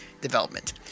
development